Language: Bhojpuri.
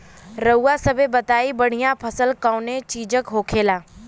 रउआ सभे बताई बढ़ियां फसल कवने चीज़क होखेला?